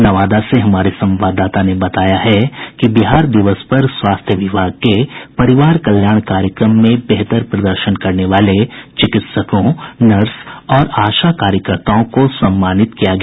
नवादा से हमारे संवाददाता ने बताया है कि बिहार दिवस पर स्वास्थ्य विभाग के परिवार कल्याण कार्यक्रम में बेहतर प्रदर्शन करने वाले चिकित्सकों नर्स और आशा कार्यकर्ताओं को सम्मानित किया गया